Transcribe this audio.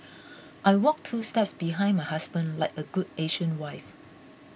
I walk two steps behind my husband like a good Asian wife